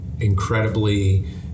incredibly